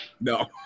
no